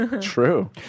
True